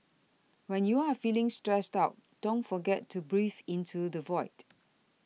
when you are feeling stressed out don't forget to breathe into the void